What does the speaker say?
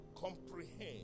comprehend